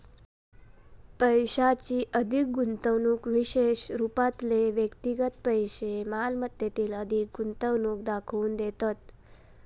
पैशाची अधिक गुंतवणूक विशेष रूपातले व्यक्तिगत पैशै मालमत्तेतील अधिक गुंतवणूक दाखवून देतत